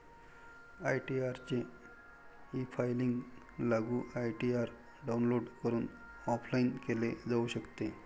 ITR चे efiling लागू ITR download करून ऑफलाइन केले जाऊ शकते